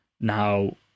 now